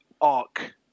arc